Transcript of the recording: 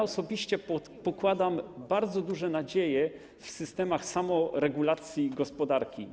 Osobiście pokładam bardzo duże nadzieje w systemach samoregulacji gospodarki.